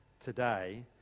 today